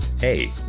Hey